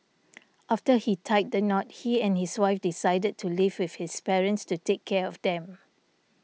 after he tied the knot he and his wife decided to live with his parents to take care of them